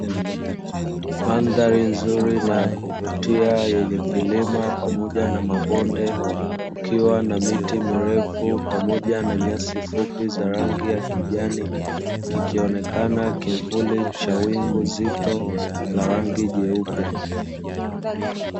Mandhari nzuri na ya kuvutia yenye vilima pamoja na mabonde, kukiwa na miti mirefu pamoja na nyasi fupi za rangi ya kijani ,kikionekana kivuli cha wingu zito la rangi jeupe.